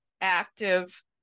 active